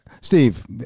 Steve